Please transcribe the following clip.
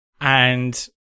and-